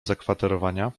zakwaterowania